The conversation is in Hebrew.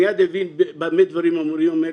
מיד הוא הבין במה דברים אמורים.